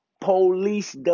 Police